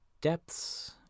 depths